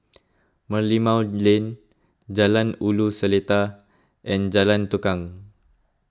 Merlimau Lane Jalan Ulu Seletar and Jalan Tukang